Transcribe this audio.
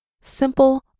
simple